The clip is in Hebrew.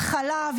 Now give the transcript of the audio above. חלב,